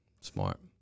Smart